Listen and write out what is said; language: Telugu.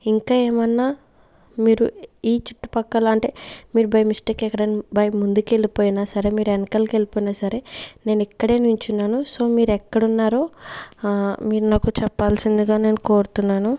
ఇంకా ఏమన్నా మీరు ఈ చుట్టుపక్కల అంటే మీరు బై మిస్టేక్ ఎక్కడైన బై ముందుకెళ్ళిపోయిన సరే మీరు వెనకకి వెళ్ళిపోయినా సరే నేనిక్కడే నిల్చున్నాను సో మీరెక్కడున్నారో మీరు నాకు చెప్పాల్సిందిగా నేను కోరుతున్నాను